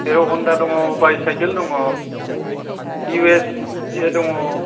हिर' हनदा दङ बाइसाइकेल दङ इउएसए दङ